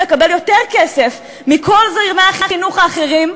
מקבל יותר כסף מכל זרמי החינוך האחרים,